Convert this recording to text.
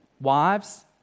wives